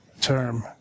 term